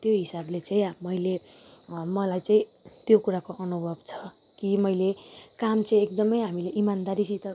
त्यो हिसाबले चाहिँ मैले मलाई चाहिँ त्यो कुराको अनुभव छ कि मैले काम चाहिँ एकदमै हामीले इमान्दारीसित